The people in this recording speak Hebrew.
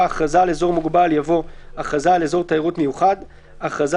"הכרזה על אזור מוגבל" יבוא: ""הכרזה על אזור תיירות מיוחד" הכרזה